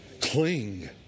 Cling